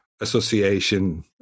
association